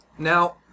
Now